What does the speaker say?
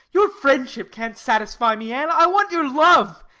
your friendship can't satisfy me, anne. i want your love